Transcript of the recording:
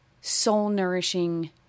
soul-nourishing